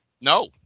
No